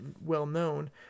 well-known